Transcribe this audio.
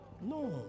No